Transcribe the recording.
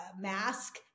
mask